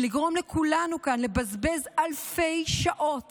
לגרום לכולנו כאן לבזבז אלפי שעות